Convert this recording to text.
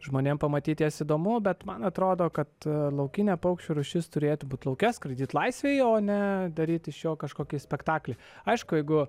žmonėm pamatyti jas įdomu bet man atrodo kad laukinė paukščių rūšis turėtų būti lauke skraidyti laisvėje o ne daryti iš jo kažkokį spektaklį aišku jeigu